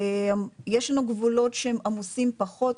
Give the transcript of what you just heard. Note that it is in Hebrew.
יש לנו גבולות שהם עמוסים פחות.